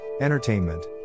entertainment